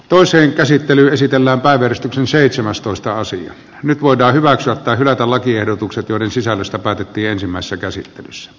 toiseen käsittelyyn esitellä päivystyksen seitsemästoista sija nyt voidaan hyväksyä tai hylätä lakiehdotukset joiden sisällöstä päätettiin ensimmäisessä käsittelyssä